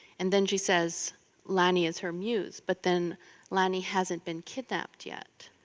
and then she says lanny is her muse but then lanny hasn't been kidnapped yet.